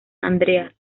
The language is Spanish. andreas